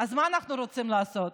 אז מה אנחנו רוצים לעשות?